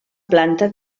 planta